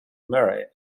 murray